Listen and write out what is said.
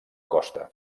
costa